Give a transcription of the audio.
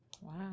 Wow